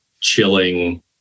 chilling